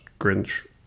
Grinch